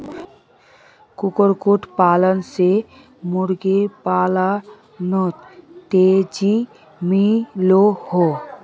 कुक्कुट पालन से मुर्गा पालानोत तेज़ी मिलोहो